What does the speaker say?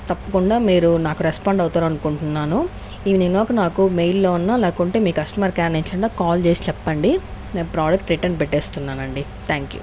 తప్పకుండా మీరు నాకు రెస్పాండ్ అవుతారు అనుకుంటున్నాను ఈవినింగ్ లోపల నాకు మెయిల్ లో అన్న లేకుంటే మీ కస్టమర్ కేర్ నుంచి అన్న కాల్ చేసి చెప్పండి నేను ప్రోడక్ట్ రిటర్న్ పెట్టేస్తున్నానండి థ్యాంక్ యు